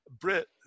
Brit